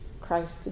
Christ